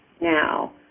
now